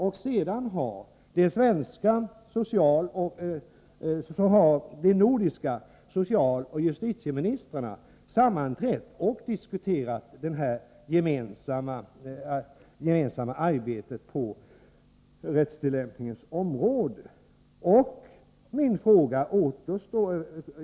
Och sedan har de nordiska socialoch justitieministrarna sammanträtt och diskuterat det gemensamma arbetet på rättstillämpningens område.